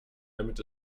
damit